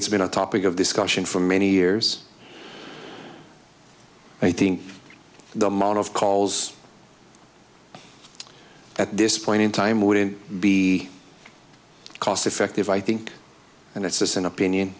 it's been a topic of discussion for many years i think the amount of calls at this point in time wouldn't be cost effective i think and it's an opinion